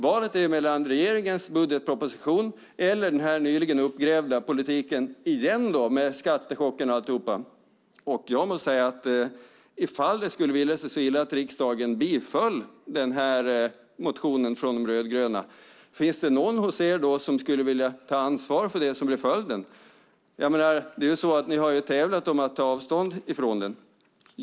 Valet står mellan regeringens budgetproposition och den nyligen uppgrävda politiken, med skattechocken och alltihop. Om det vill sig så illa att riksdagen bifaller den här motionen från De rödgröna undrar jag: Finns det någon hos er som skulle vilja ta ansvar för det som blir följden? Ni har ju tävlat om att ta avstånd från den.